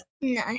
No